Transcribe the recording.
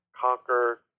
conquer